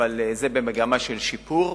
אבל זה במגמה של שיפור,